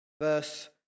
verse